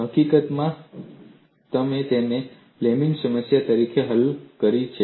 હકીકતમાં તમે તેને લેમેનીLamė's સમસ્યા તરીકે હલ કરી છે